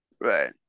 Right